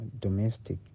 domestic